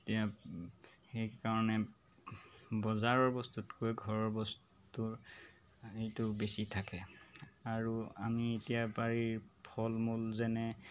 এতিয়া সেইকাৰণে বজাৰৰ বস্তুতকৈ ঘৰৰ বস্তুৰ সেইটো বেছি থাকে আৰু আমি এতিয়া বাৰীৰ ফল মূল যেনে